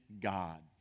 God